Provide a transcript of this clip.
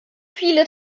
viele